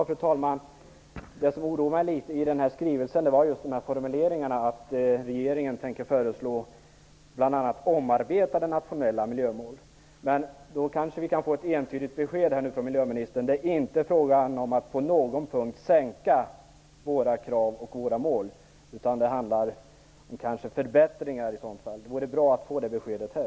Fru talman! Det som oroar mig litet i skrivelsen är formuleringarna att regeringen tänker föreslå bl.a. omarbetade nationella miljömål. Vi kanske kan få ett entydigt besked här från miljöministern att det inte är fråga om att på någon punkt sänka våra krav och ändra våra mål, utan det handlar i så fall om förbättringar. Det vore bra att få det beskedet här.